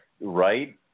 right